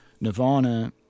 Nirvana